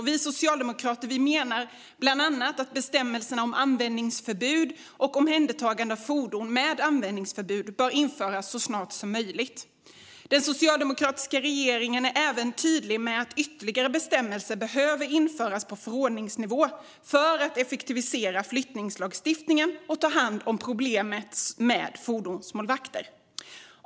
Vi socialdemokrater menar bland annat att bestämmelserna om användningsförbud och omhändertagande av fordon med användningsförbud bör införas så snart som möjligt. Den socialdemokratiska regeringen är även tydlig med att ytterligare bestämmelser behöver införas på förordningsnivå för att effektivisera flyttningslagstiftningen och ta hand om problemet med fordonsmålvakter. Fru talman!